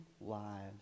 lives